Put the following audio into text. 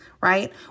right